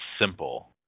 simple